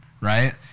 right